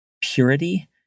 purity